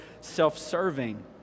self-serving